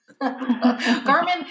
Garmin